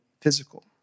physical